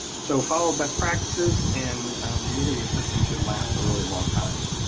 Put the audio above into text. so follow best practices and really your system should last a really long time.